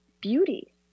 beauty